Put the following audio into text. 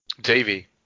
Davey